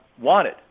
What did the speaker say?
wanted